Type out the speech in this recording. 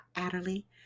Adderley